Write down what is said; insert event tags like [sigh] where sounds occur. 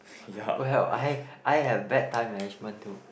[breath] w~ well I I have bad time management too